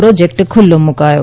project ખુલ્લો મૂકાયો